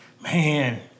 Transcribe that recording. man